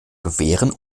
gewehren